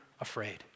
afraid